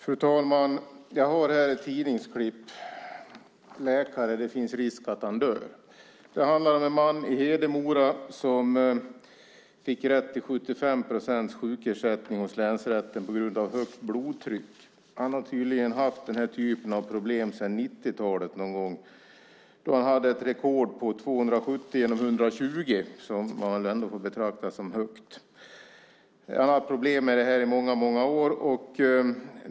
Fru talman! Läkare: Det finns risk att han dör. Så lyder en mening i ett tidningsklipp jag har med mig här. Det handlar om en man i Hedemora som fick rätt till 75 procents sjukersättning hos länsrätten på grund av högt blodtryck. Han har tydligen haft denna typ av problem sedan någon gång på 90-talet, då han hade ett rekord på 270/220, vilket man väl ändå får betrakta som högt. Han har haft problem med detta i många år.